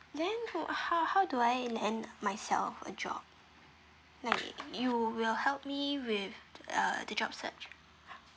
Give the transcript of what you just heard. then who how how do I land myself a job like you will help me with uh the job search